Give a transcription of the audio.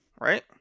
Right